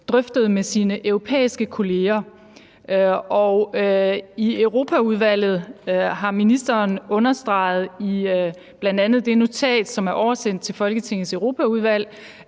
drøftet med sine europæiske kolleger. I Europaudvalget har ministeren bl.a. i det notat, som er oversendt til Folketingets Europaudvalg,